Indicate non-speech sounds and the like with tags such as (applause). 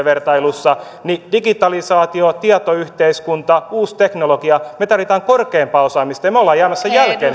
(unintelligible) vertailussa niin digitalisaation tietoyhteiskunnan uuden teknologian myötä me tarvitsemme korkeampaa osaamista ja me olemme jäämässä jälkeen (unintelligible)